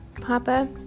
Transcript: Papa